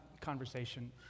conversation